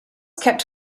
kept